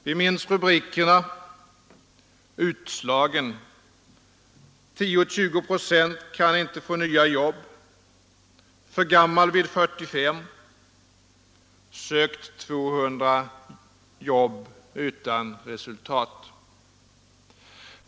Vi minns rubrikerna: ”Utslagen”, ”10—20 procent kan inte få nya jobb”, ”För gammal vid 45”, ”Sökt 200 jobb utan resultat”.